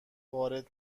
وارد